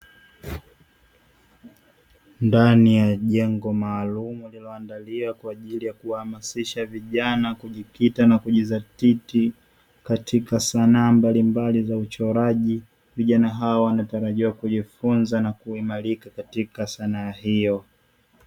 Ndani ya jengo maalumu lililoandaliwa kwa ajili ya kuwahamasisha vijana kujikita na kujizatiti katika sanaa mbalimbali za uchoraji, vijana hao wanatarajiwa kujifunza na kuimarika katika sanaa hiyo.